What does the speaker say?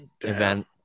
event